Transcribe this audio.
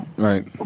Right